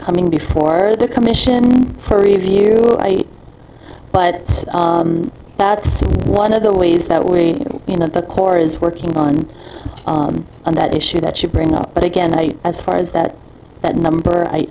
coming before the commission for review but that's one of the ways that we you know the court is working on that issue that you bring up but again i as far as that that number i